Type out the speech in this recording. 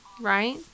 right